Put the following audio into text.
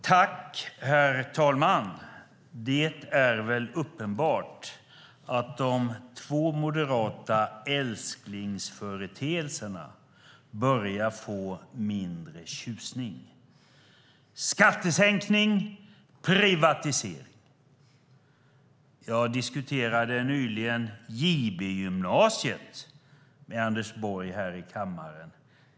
Herr talman! Det är väl uppenbart att de två moderata älsklingsföreteelserna skattesänkning och privatisering börjar få mindre tjusning. Jag diskuterade nyligen JB-gymnasiet med Anders Borg här i kammaren.